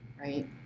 right